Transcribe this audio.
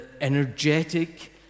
energetic